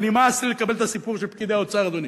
ונמאס לי לקבל את הסיפור של פקידי האוצר, אדוני.